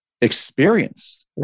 experience